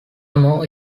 more